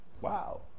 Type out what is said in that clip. Wow